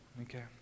Okay